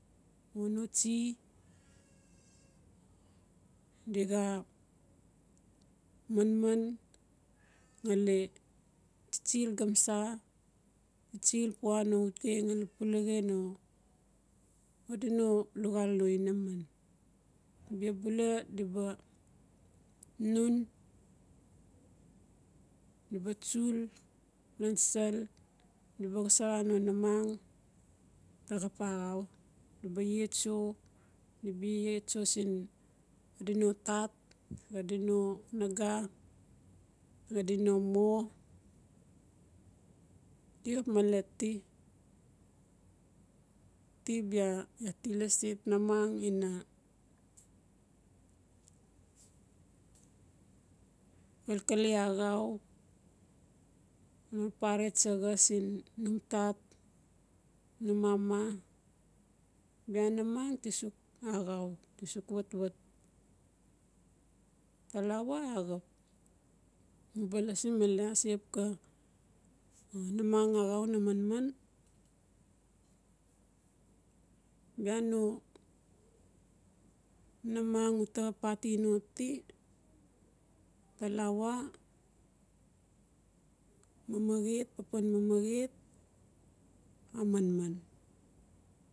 O no tsi di xa manman ngali tsitsi gamsa, tsitsi pua no uteng ngali puluxi xadi no luxal no inaman. Bia bula di ba nun, di ba tsul lan sal, di ba wasara no namang axap axau, di ba iatso, di ba iatso siin xa di no tat-xa di no naga xadi no mo, di xap male ti-ti bia iaa ti lasi namang ina xaikale axau, pare tsaxa siin num tat. num mama. Bia namang ti suk axau, ti suk wutwut. talawa axap, u ba lasi male a se xap ka namang axau na manman bia no namang u xap ati no ti, talawa mamaret pepan mamaret a manman.